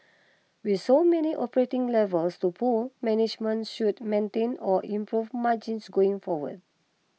with so many operating levers to pull management should maintain or improve margins going forward